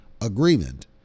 agreement